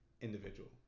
individual